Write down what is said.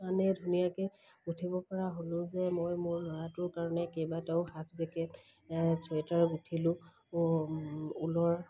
মানে ধুনীয়াকে গুঁঠিব পৰা হ'লোঁ যে মই মোৰ ল'ৰাটোৰ কাৰণে কেইবাটাও হাফ জেকেট চুৱেটাৰ গুঁঠিলোঁ ঊলৰ